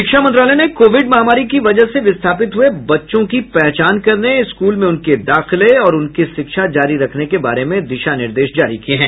शिक्षा मंत्रालय ने कोविड महामारी की वजह से विस्थापित हुए बच्चों की पहचान करने स्कूल में उनके दाखिले और उनकी शिक्षा जारी रखने के बारे में दिशानिर्देश जारी किए हैं